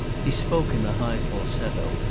he spoke in a high falsetto,